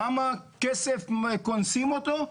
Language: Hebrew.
כמה כסף קונסים אותו?